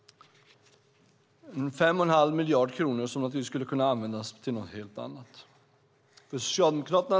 Det är 5 1⁄2 miljard kronor som naturligtvis skulle kunna användas till något helt annat.